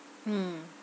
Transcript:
mm